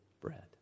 bread